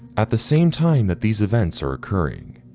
at the same time that these events are occurring,